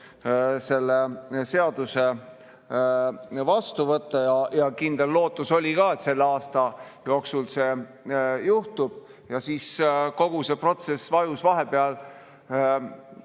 selle seaduse vastu võtta. Kindel lootus oli ka, et selle aasta jooksul see juhtub. Aga siis kogu see protsess vajus vahepeal,